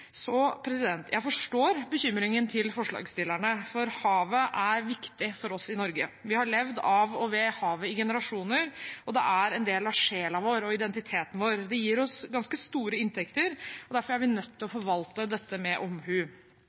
Jeg forstår bekymringen til forslagsstillerne, for havet er viktig for oss i Norge. Vi har levd av og ved havet i generasjoner, og det er en del av sjelen vår og identiteten vår. Det gir oss ganske store inntekter, og derfor er vi nødt til å forvalte dette med omhu.